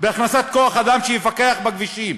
בהכנסת כוח-אדם שיפקח בכבישים.